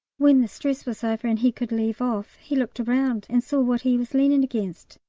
when the stress was over and he could leave off, he looked round and saw what he was leaning against.